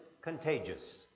contagious